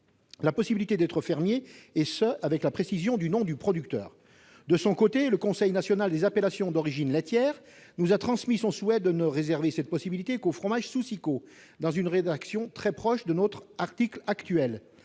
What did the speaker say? la possibilité d'être fermiers, avec de plus la précision du nom du producteur. De son côté, le Conseil national des appellations d'origine laitières nous a transmis son souhait de ne réserver cette possibilité qu'aux fromages sous SIQO, dans une rédaction très proche de notre article actuel.